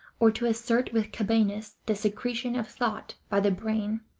or to assert with cabanis the secretion of thought by the brain,